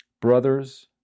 Brothers